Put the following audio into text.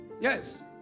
Yes